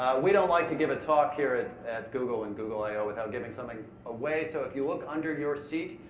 we don't like to give a talk here at at google and google i o without giving something away, so if you look under your seat,